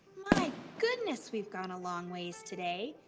my goodness, we've gone a long ways today.